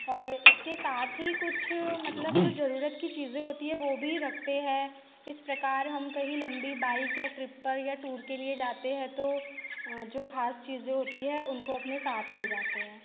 और इसके साथ ही कुछ मतलब जो ज़रूरत की चीज़ें होती है वो भी रखते हैं इस प्रकार हम कहीं लम्बी बाइक या ट्रिप पर या टूर के लिए जाते हैं तो जो ख़ास चीज़ें होती है उनको अपने साथ ले जाते हैं